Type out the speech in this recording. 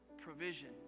provision